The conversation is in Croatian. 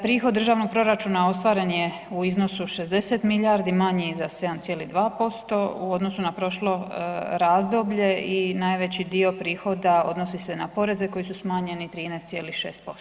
Prihod državnog proračuna ostvaren je u iznosu 60 milijardi, manji za 7,2% u odnosu na prošlo razdoblje i najveći dio prihoda odnosi se na poreze koji su smanjeni 13,6%